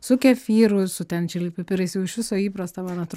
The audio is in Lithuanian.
su kefyru su ten čili pipirais jau iš viso įprasta man atr